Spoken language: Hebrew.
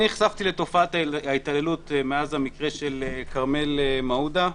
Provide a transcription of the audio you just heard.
אני נחשפתי לתופעת ההתעללות מאז המקרה של כרמל מעודה.